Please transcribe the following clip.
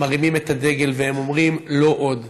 הם מרימים את הדגל והם אומרים: לא עוד.